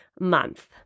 month